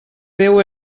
déu